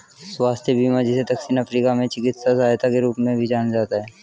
स्वास्थ्य बीमा जिसे दक्षिण अफ्रीका में चिकित्सा सहायता के रूप में भी जाना जाता है